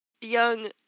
Young